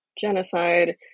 genocide